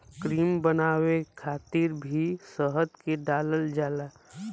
cream बनावे खातिर भी शहद के डालल जाला